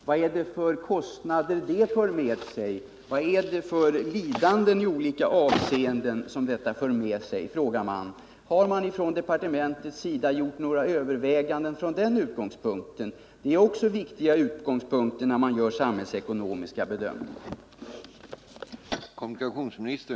Vad för det med sig för kostnader, vad för det med sig för lidanden i olika avseenden? Har departementet gjort några överväganden från den utgångspunkten? Det är också viktigt när man gör samhällsekonomiska bedömningar.